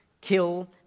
kill